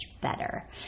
better